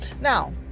Now